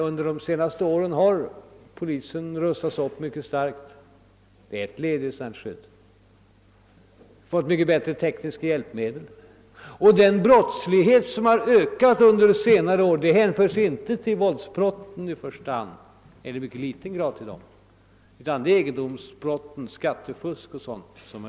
Under de senaste åren har polisen rustats upp mycket starkt — det är ett led i ett sådant här skydd — och den har fått bättre tekniska hjälpmedel. Den brottslighet som har ökat gäller i mycket ringa grad våldsbrotten utan i första hand egendomsbrott, skattefusk etc.